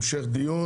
המשך דיון